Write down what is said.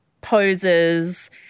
poses